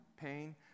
pain